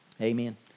Amen